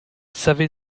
savait